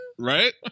Right